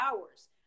hours